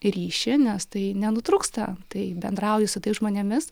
ryšį nes tai nenutrūksta tai bendrauju su tais žmonėmis